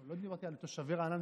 לא דיברתי על תושבי רעננה,